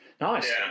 nice